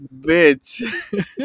Bitch